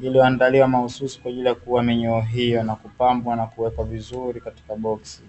Iliyoandaliwa mahususi kwa ajili ya kuua minyoo hiyo na kupambwa na kuwekwa vizuri katika boksi.